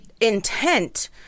intent